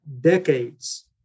decades